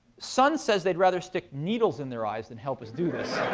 sun says they'd rather stick needles in their eyes than help us do this.